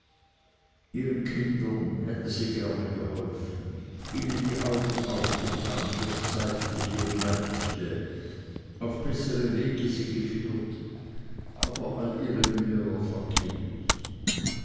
ihren kindern hätte sie gerne geholfen ihnen die augen aufgetan fürs zeitliche und leibliche auf bessere wege sie geführt aber alle ihre mühe war vergeblich